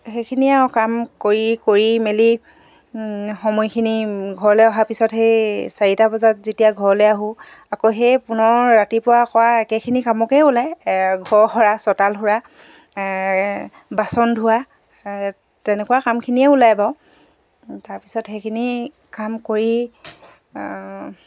সেইখিনিয়ে আৰু কাম কৰি কৰি মেলি সময়খিনি ঘৰলে অহাৰ পিছত সেই চাৰিটা বজাত যেতিয়া ঘৰলে আহোঁ আকৌ সেই পুনৰ ৰাতিপুৱা কৰা একেখিনি কামকে ওলায় ঘৰ সৰা চোতাল সৰা বাচন ধোৱা তেনেকুৱা কামখিনিয়ে ওলায় বাৰু তাৰপিছত সেইখিনি কাম কৰি